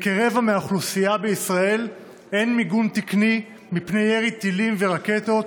לכרבע מהאוכלוסייה בישראל אין מיגון תקני מפני ירי טילים ורקטות,